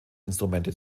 instrumente